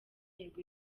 intego